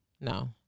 no